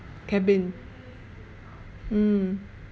cabin mm